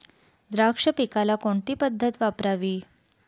द्राक्ष पिकाला कोणती पद्धत वापरावी?